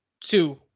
two